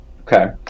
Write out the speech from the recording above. Okay